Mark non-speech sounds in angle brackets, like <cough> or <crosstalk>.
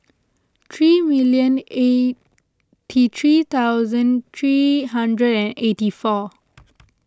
three million eight <unintelligible> three thousand three hundred and eighty four